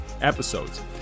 episodes